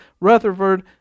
Rutherford